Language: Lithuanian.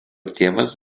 tėvas